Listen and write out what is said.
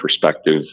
perspective